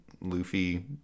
Luffy